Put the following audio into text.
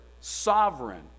Sovereign